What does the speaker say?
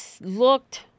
looked